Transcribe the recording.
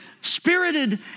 spirited